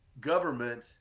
government